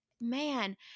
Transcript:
man